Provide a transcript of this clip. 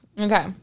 Okay